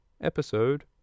episode